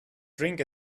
drink